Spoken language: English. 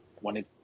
wanted